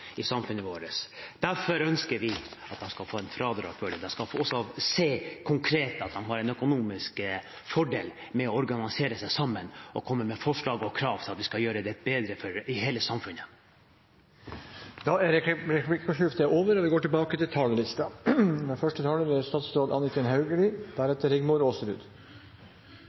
skal få et fradrag. De skal få se konkret at de har en økonomisk fordel av å organisere seg og å komme med forslag og krav til at vi skal gjøre det bedre for hele samfunnet. Replikkordskiftet er omme. Nedgangen i olje- og gassnæringen har for alvor synliggjort vår avhengighet av denne næringen og hvor sårbare vi har gjort oss fordi det ikke er